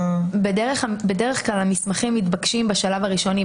בדרך כלל המסמכים מתבקשים בשלב הראשוני,